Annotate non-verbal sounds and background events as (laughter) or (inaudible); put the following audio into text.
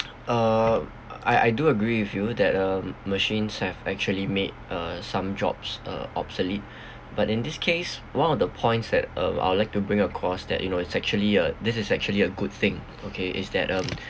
uh I I do agree with you that um machines have actually made uh some jobs uh obsolete (breath) but in this case one of the points that uh I'd like to bring across that you know it's actually a this is actually a good thing okay is that um